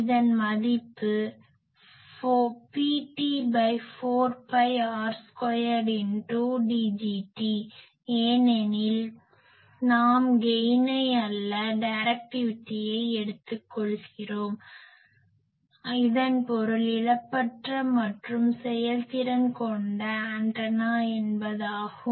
இதன் மதிப்பு Pt4பைR2×Dgt ஏனெனில் நாம் கெய்னை அல்ல டைரக்டிவிட்டியை எடுத்து கொள்கிறோம் இதன் பொருள் இழப்பற்ற மற்றும் செயல்திறன் கொண்ட ஆண்டனா என்பதாகும்